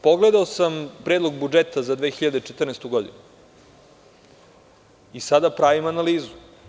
Pogledao sam Predlog budžeta za 2014. godinu i sada pravim analizu.